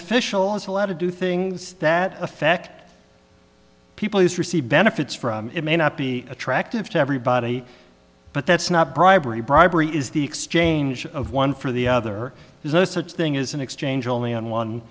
official has a lot to do things that affect people who receive benefits from it may not be attractive to everybody but that's not bribery bribery is the exchange of one for the other there's no such thing as an exchange only on one